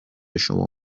شما